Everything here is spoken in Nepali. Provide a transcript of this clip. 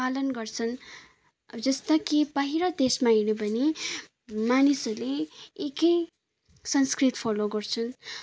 पालन गर्छन् जस्ता कि बाहिर देशमा हेऱ्यौँ भने मानिसहरूले एकै संस्कृत फलो गर्छन्